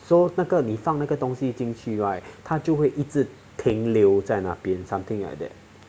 so 那个你放了个东西进去 right 他就会一直停留在那边 something like that